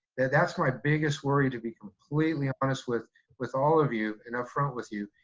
that's my biggest worry to be completely honest with with all of you and upfront with you,